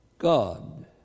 God